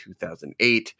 2008